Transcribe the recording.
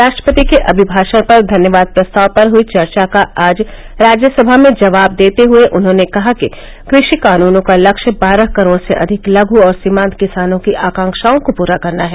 राष्ट्रपति के अभिभाषण पर धन्यवाद प्रस्ताव पर हुई चर्चा का आज राज्यसभा में जवाब देते हुए उन्होंने कहा कि कृषि कानूनों का लक्ष्य बारह करोड़ से अधिक लघु और सीमांत किसानों की आकांक्षाओं को पूरा करना है